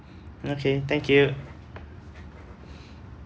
okay thank you